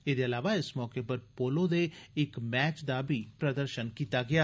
एदे इलावा इस मौके पर पोलो दे इक मैच दा बी प्रदर्शन कीता गेया